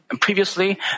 Previously